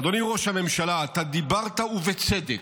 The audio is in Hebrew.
אדוני ראש הממשלה, אתה דיברת, ובצדק,